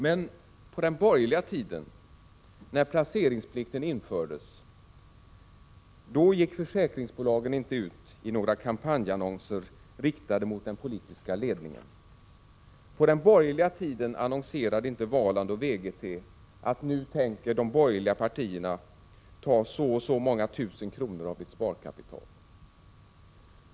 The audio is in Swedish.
Men på den borgerliga tiden, när placeringsplikten infördes, då gick försäkringsbolagen inte ut i några kampanjannonser riktade mot den politiska ledningen. På den borgerliga tiden annonserade inte Valand och Vegete om att nu tänker de borgerliga partierna ta så och så många tusen kronor av ditt sparkapital.